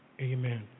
Amen